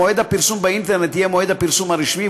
מועד הפרסום באינטרנט יהיה מועד הפרסום הרשמי,